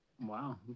Wow